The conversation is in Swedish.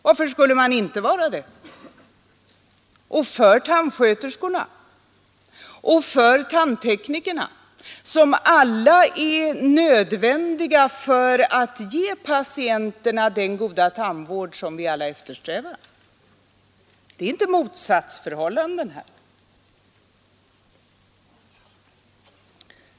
Varför skulle man inte vara det? Och man är för tandsköterskorna och för tandteknikerna, som alla är nödvändiga för att ge patienterna den goda tandvård som vi alla eftersträvar. Det är inte fråga om några motsatsförhållanden här.